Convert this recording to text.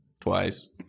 twice